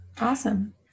Awesome